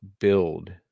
build